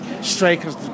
strikers